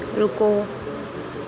रुको